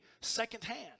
secondhand